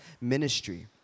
ministry